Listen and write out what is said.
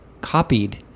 copied